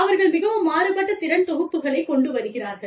அவர்கள் மிகவும் மாறுபட்ட திறன் தொகுப்புகளைக் கொண்டு வருகிறார்கள்